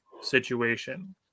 situation